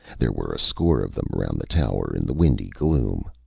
there were a score of them around the tower in the windy gloom.